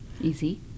Easy